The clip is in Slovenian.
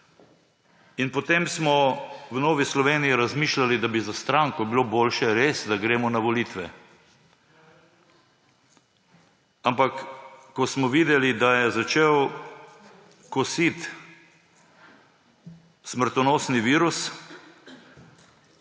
In potem smo v Novi Sloveniji razmišljali, da bi za stranko bilo boljše res, da gremo na volitve. Ampak, ko smo videli, da je začel kositi smrtonosni virus,